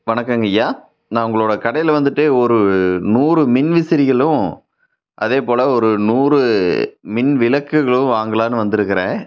வணக்கங்கையா நான் உங்களோடய கடையில் வந்துட்டு ஒரு நூறு மின்விசிறிகளும் அதேபோல் ஒரு நூறு மின் விளக்குகளும் வாங்கலாம்னு வந்திருக்குறேன்